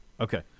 okay